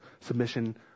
submission